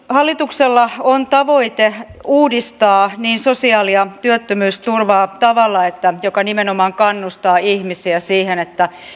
hallituksella on tavoite uudistaa sosiaali ja työttömyysturvaa tavalla joka nimenomaan kannustaa ihmisiä siihen että